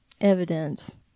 evidence